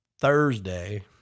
Thursday